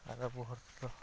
ᱟᱨ ᱟᱵᱚ ᱦᱚᱲ ᱛᱮᱫᱚ